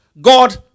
God